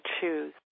choose